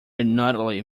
nodded